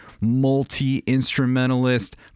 multi-instrumentalist